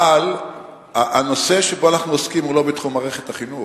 אבל הנושא שבו אנחנו עוסקים הוא לא בתחום מערכת החינוך,